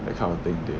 that kind of thing they